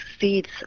seeds